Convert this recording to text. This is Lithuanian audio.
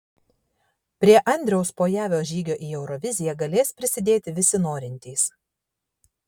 prie andriaus pojavio žygio į euroviziją galės prisidėti visi norintys